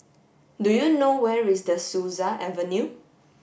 do you know where is De Souza Avenue